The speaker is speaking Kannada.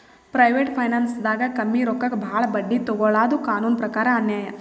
ಪ್ರೈವೇಟ್ ಫೈನಾನ್ಸ್ದಾಗ್ ಕಮ್ಮಿ ರೊಕ್ಕಕ್ ಭಾಳ್ ಬಡ್ಡಿ ತೊಗೋಳಾದು ಕಾನೂನ್ ಪ್ರಕಾರ್ ಅನ್ಯಾಯ್